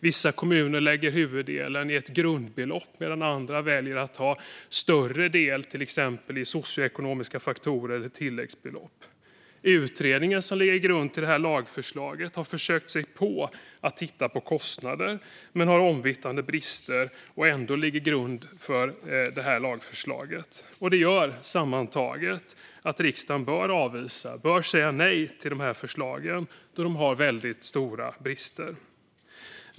Vissa kommuner lägger huvuddelen i ett grundbelopp medan andra väljer att till exempel lägga en större del baserat på socioekonomiska faktorer eller i form av tilläggsbelopp. Utredningen som ligger till grund för det här lagförslaget har försökt sig på att titta på kostnader men har omvittnade brister. Ändå ligger den till grund för lagförslaget. Sammantaget gör detta att riksdagen bör avvisa - säga nej till - de här förslagen då de har väldigt stora brister.